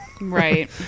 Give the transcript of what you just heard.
right